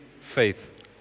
faith